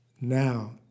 now